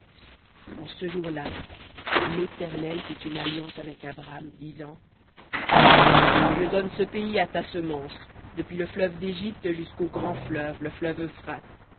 en ce jour-là l'éternel fit une alliance avec abram disant je donne ce pays à ta semence depuis le fleuve d'égypte jusqu'au grand fleuve le fleuve